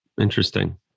Interesting